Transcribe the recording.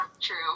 true